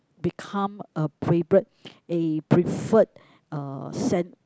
become a favourite a preferred uh cen~